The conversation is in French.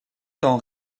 tant